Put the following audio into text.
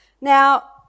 Now